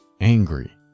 angry